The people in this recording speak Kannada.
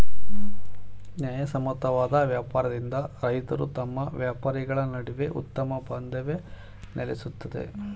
ನ್ಯಾಯಸಮ್ಮತವಾದ ವ್ಯಾಪಾರದಿಂದ ರೈತರು ಮತ್ತು ವ್ಯಾಪಾರಿಗಳ ನಡುವೆ ಉತ್ತಮ ಬಾಂಧವ್ಯ ನೆಲೆಸುತ್ತದೆ